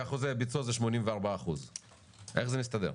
ואחוז הביצוע הוא 84%. איך זה מסתדר?